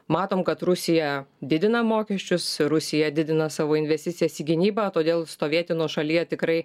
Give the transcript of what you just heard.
matom kad rusija didina mokesčius rusija didina savo investicijas į gynybą todėl stovėti nuošalyje tikrai